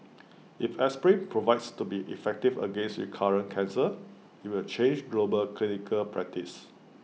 if aspirin proves to be effective against recurrent cancer IT will change global clinical practice